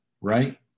right